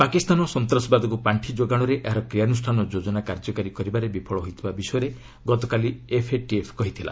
ପାକିସ୍ତାନ ସନ୍ତାସବାଦକୁ ପାର୍ଷି ଯୋଗାଣରେ ଏହାର କ୍ରୀୟାନୁଷ୍ଠାନ ଯୋଜନା କାର୍ଯ୍ୟକାରୀ କରିବାରେ ବିଫଳ ହୋଇଥିବା ବିଷୟରେ ଗତକାଲି ଏଫ୍ଏଟିଏଫ୍ କହିଥିଲା